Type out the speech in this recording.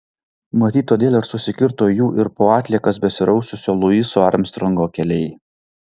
matyt todėl ir susikirto jų ir po atliekas besiraususio luiso armstrongo keliai